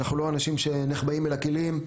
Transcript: אנחנו לא אנשים שנחבאים אל הכלים,